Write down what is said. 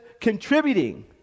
contributing